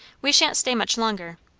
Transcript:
we sha'n't stay much longer.